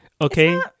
Okay